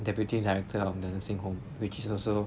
deputy director of nursing home which is also